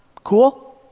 cool?